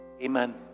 Amen